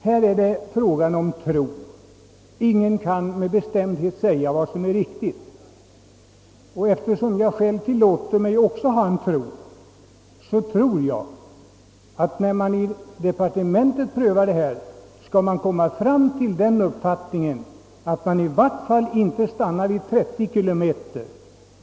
Här är det emellertid en fråga om tro, ty ingen kan med bestämdhet säga vad som är riktigt. För min del tror jag att man i departementet vid prövningen av denna fråga i varje fall inte kommer att stanna vid en så låg tillåten fart som 30 kilometer.